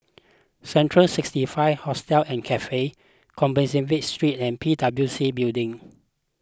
Central sixty five Hostel and Cafe Compassvale Street and P W C Building